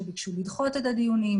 שביקשו לדחות את הדיונים,